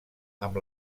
amb